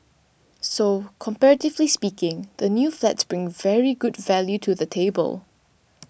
so comparatively speaking the new flats bring very good value to the table